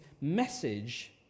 message